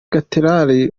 cathedral